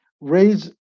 raise